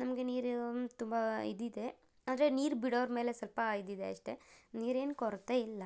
ನಮಗೆ ನೀರು ತುಂಬ ಇದಿದೆ ಆದರೆ ನೀರು ಬಿಡೋರ ಮೇಲೆ ಸ್ವಲ್ಪ ಇದಿದೆ ಅಷ್ಟೆ ನೀರೇನು ಕೊರತೆ ಇಲ್ಲ